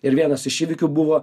ir vienas iš įvykių buvo